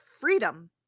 freedom